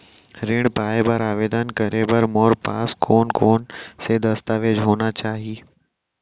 ऋण पाय बर आवेदन करे बर मोर पास कोन कोन से दस्तावेज होना चाही?